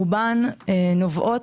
רובן נובעות